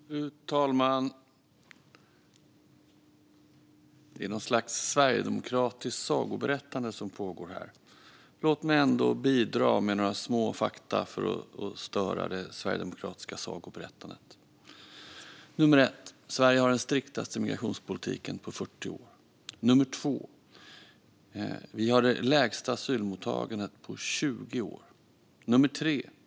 Fru talman! Det är något slags sverigedemokratiskt sagoberättande som pågår här. Låt mig ändå bidra med några små fakta för att störa det sverigedemokratiska sagoberättandet: Sverige har den striktaste migrationspolitiken på 40 år. Vi har det lägsta asylmottagandet på 20 år.